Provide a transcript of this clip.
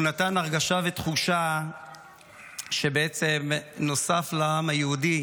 הוא נתן הרגשה ותחושה שבעצם נוסף לעם היהודי